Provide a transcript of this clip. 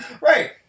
Right